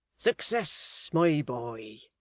success, my boy